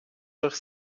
durch